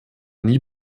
nie